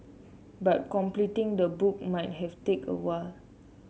but completing the book might have take a while